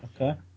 okay